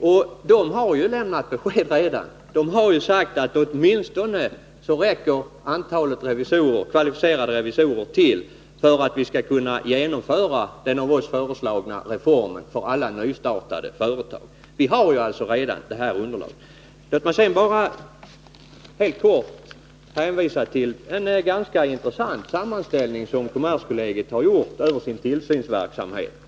Och de har redan lämnat besked och sagt att antalet kvalificerade revisorer åtminstone räcker till för att vi för alla nystartade företag skall kunna genomföra den av oss föreslagna reformen. Vi har alltså redan det här underlaget. Låt mig sedan bara helt kort hänvisa till en ganska intressant sammanställning som kommerskollegium gjort över sin tillsynsverksamhet.